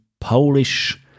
Polish